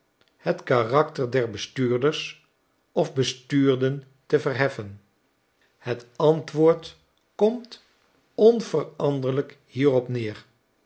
het karakter der bestuurders of bestuurden te verheffen het antwoord komt onveranderlijk jhierop neer